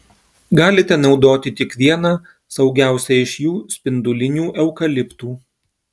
galite naudoti tik vieną saugiausią iš jų spindulinių eukaliptų